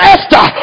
Esther